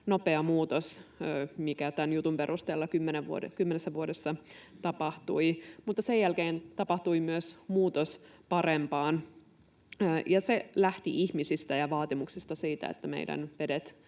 nopea muutos, mikä tämän jutun perusteella kymmenessä vuodessa tapahtui. Tapahtui muutos parempaan, ja se lähti ihmisistä ja vaatimuksesta siitä, että meidän vedet